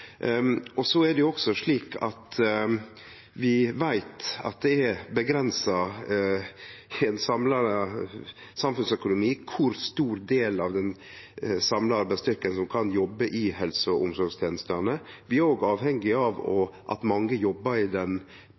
også at det i ein samla samfunnsøkonomi er grense for kor stor del av den samla arbeidsstyrken som kan jobbe i helse- og omsorgstenestene. Vi er òg avhengige av at mange jobbar i